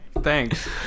Thanks